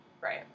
Right